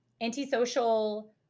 antisocial